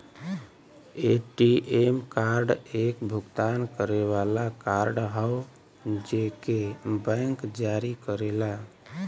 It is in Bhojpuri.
ए.टी.एम कार्ड एक भुगतान करे वाला कार्ड हौ जेके बैंक जारी करेला